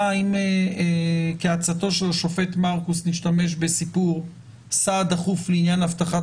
האם כעצתו של השופט מרכוס נשתמש בסיפור סעד דחוף לעניין הבטחת